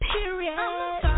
Period